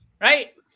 right